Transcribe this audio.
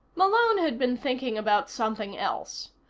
malone had been thinking about something else.